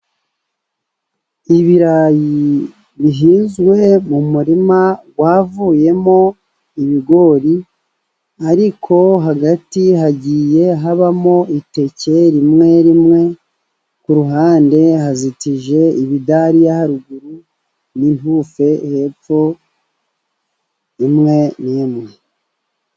Ibirayi bihinzwe mu murima wavuyemo ibigori, ariko hagati hagiye habamo iteke rimwe rimwe, ku ruhande hazitije ibidariya haruguru, n'inturusu hepfo imwe n'imwe.